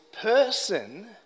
person